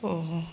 ഓഹ് ഓഹ്